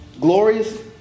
Glorious